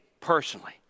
personally